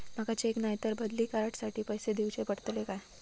माका चेक नाय तर बदली कार्ड साठी पैसे दीवचे पडतले काय?